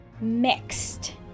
mixed